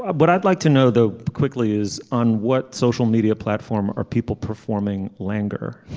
ah but i'd like to know the quickly is on what social media platform are people performing languor.